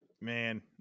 Man